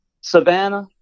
Savannah